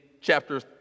chapter